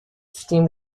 steam